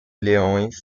leões